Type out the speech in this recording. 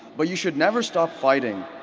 but you should never stop fighting.